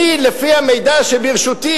לפי המידע שברשותי,